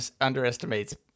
underestimates